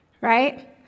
right